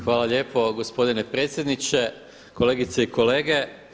Hvala lijepo gospodine predsjedniče, kolegice i kolege.